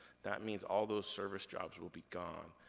that means all those service jobs will be gone.